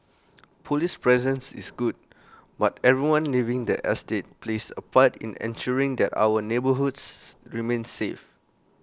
Police presence is good but everyone living the estate plays A part in ensuring that our neighbourhoods remain safe